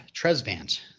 Tresvant